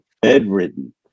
bedridden